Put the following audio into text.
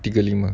tiga lima